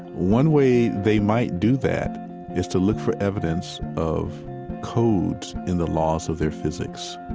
one way they might do that is to look for evidence of codes in the laws of their physics.